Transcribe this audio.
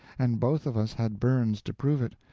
and both of us had burns to prove it,